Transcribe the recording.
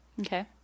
Okay